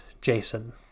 Jason